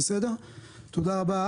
תודה רבה.